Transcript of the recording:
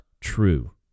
true